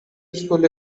useful